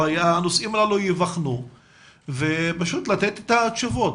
הנושאים הללו ייבחנו ותוך שבוע לתת לנו תשובות.